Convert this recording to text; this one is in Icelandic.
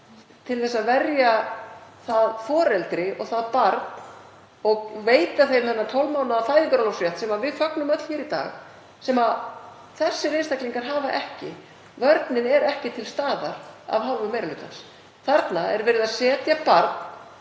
til að verja það foreldri og það barn og veita þeim þennan 12 mánaða fæðingarorlofsrétt, sem við fögnum öll hér í dag, sem þessir einstaklingar hafa ekki, vörnin er ekki til staðar af hálfu meiri hlutans. Þarna er verið að skerða rétt